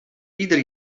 ieder